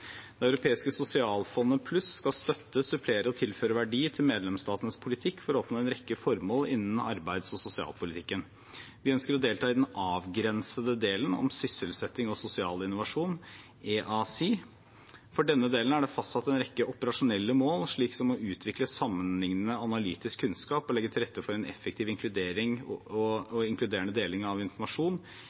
Det europeiske sosialfond pluss skal støtte, supplere og tilføre verdi til medlemsstatenes politikk for å oppnå en rekke formål innen arbeids- og sosialpolitikken. Vi ønsker å delta i den avgrensede delen om sysselsetting og sosial innovasjon, EaSI. For denne delen er det fastsatt en rekke operasjonelle mål, slik som å utvikle sammenlignende analytisk kunnskap og legge til rette for en effektiv og inkluderende deling av informasjon,